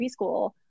preschool